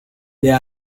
there